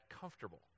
comfortable